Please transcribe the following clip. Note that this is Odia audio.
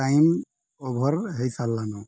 ଟାଇମ ଓଭର ହେଇ ସାରଲାନୁଁ